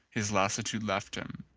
his lassitude left him.